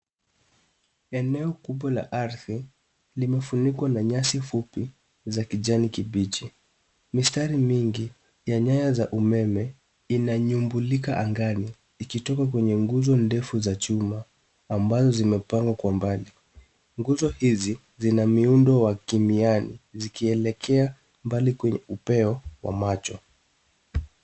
Eneo kubwa la ardhi limefunikwa na nyasi fupi za kijani kibichi. Mistari mingi ya nyaya za umeme inanyumbulika angani ikitoka kwenye nguzo ndefu za chuma ambazo zimepangwa kwa mbali. Nguzo hizi zina miundo wa kimiani zikielekea mbali kwenye upeo wa macho.